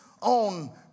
on